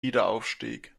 wiederaufstieg